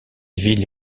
ville